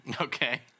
Okay